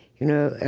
you know.